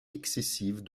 excessive